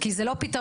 כי זה לא פתרון.